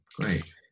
Great